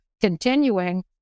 continuing